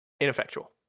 Ineffectual